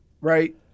right